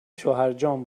شوهرجان